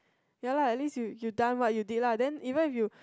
ya lah at least you you done what you did lah then even you